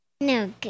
No